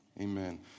Amen